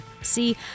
See